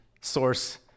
source